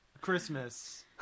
Christmas